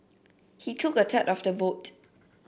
he took a third of the vote